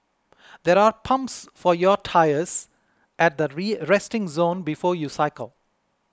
there are pumps for your tyres at the resting zone before you cycle